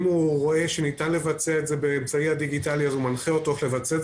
אם הוא רואה שניתן לבצע באמצעי דיגיטלי הוא מנחה כיצד לבצע,